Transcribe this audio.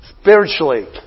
spiritually